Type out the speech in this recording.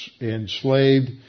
enslaved